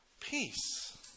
peace